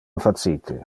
facite